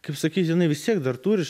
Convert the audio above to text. kaip sakyt jinai vis tiek dar turi